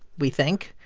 we think,